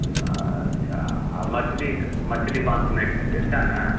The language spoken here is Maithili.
अच्छा आ मछली मछली माँस नहि खयतै सएह ने